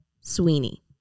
Sweeney